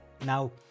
Now